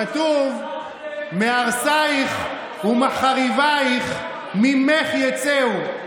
כתוב: "מהרסיך ומחריביך ממך יצאו".